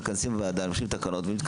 מכנסים ועדה ומתקדמים.